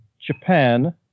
japan